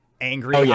angry